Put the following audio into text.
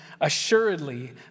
assuredly